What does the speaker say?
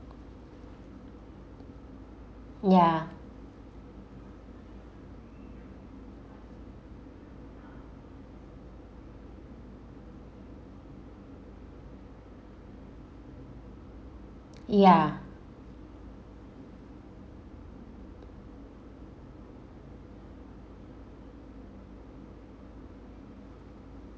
ya ya